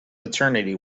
maternity